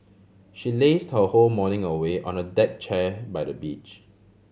she lazed her whole morning away on the deck chair by the beach